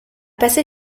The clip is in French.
passé